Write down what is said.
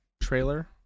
trailer